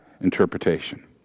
interpretation